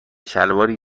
شلواری